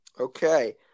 Okay